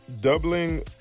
Doubling